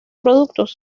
productos